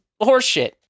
horseshit